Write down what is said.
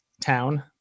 town